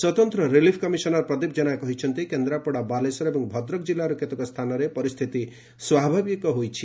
ସ୍ୱତନ୍ତ୍ର relief commissioner Pradeep Jena କହିଛନ୍ତି କେନ୍ଦ୍ରାପଡ଼ା ବାଲେଶ୍ୱର ଏବଂ ଭଦ୍ରକ ଜିଲ୍ଲାର କେତେକ ସ୍ଥାନରେ ପରିସ୍ଥିତି ସ୍ୱାଭାବିକ ହୋଇଛି